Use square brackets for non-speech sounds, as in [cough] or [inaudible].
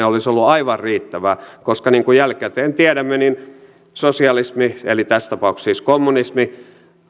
[unintelligible] olisi ollut aivan riittävää koska niin kuin jälkikäteen tiedämme niin sosialismi eli tässä tapauksessa siis kommunismi